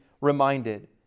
reminded